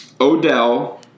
Odell